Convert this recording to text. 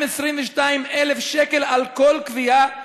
222,000 שקל על כל כווייה,